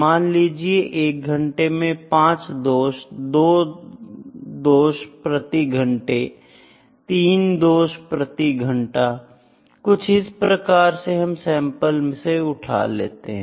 मान लीजिए 1 घंटे में पांच दोष दो दोष प्रति घंटे तीन दोष प्रति घंटा कुछ इस प्रकार से हम सैंपल से उठा लेते हैं